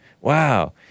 Wow